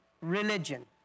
religion